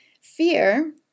Fear